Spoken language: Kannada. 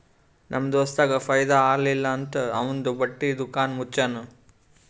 ನಮ್ ದೋಸ್ತಗ್ ಫೈದಾ ಆಲಿಲ್ಲ ಅಂತ್ ಅವಂದು ಬಟ್ಟಿ ದುಕಾನ್ ಮುಚ್ಚನೂ